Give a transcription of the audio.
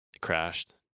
crashed